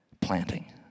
planting